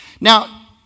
Now